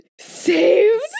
Saved